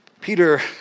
Peter